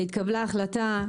התקבלה החלטה,